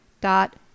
dot